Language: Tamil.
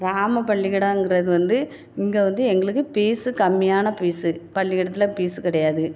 கிராம பள்ளிக்கூடங்கிறது வந்து இங்கே வந்து எங்களுக்கு பீஸு கம்மியான பீஸு பள்ளிக்கூடத்தில் பீஸு கிடயாது